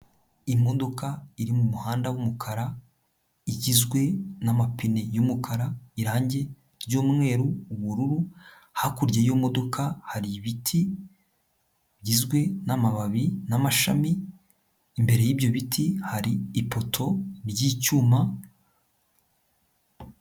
Imodoka iri mu muhanda w'umukara, igizwe n'amapine y'umukara, irangi ry'umweru, ubururu, hakurya y'iyo modoka hari ibiti bigizwe n'amababi n'amashami, imbere y'ibyo biti hari ipoto ry'icyuma.